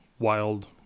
wild